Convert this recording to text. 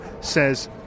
says